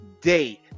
date